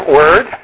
word